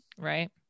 Right